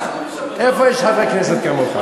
איפה יש חברי כנסת כמוך?